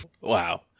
Wow